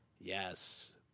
Yes